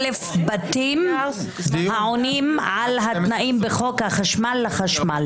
1,000 בתים העונים על התנאים בחוק החשמל לחשמל".